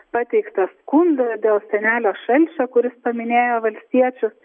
pateiktą skundą dėl senelio šalčio kuris paminėjo valstiečius